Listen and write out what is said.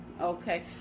Okay